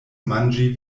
manĝi